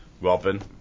Robin